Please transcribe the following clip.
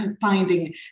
finding